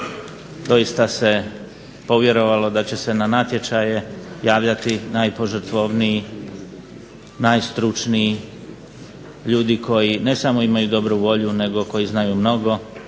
Doista se povjerovalo da će se na natječaje javljati najpožrtvovniji, najstručniji ljudi koji ne samo imaju dobru volju nego koji znaju mnogo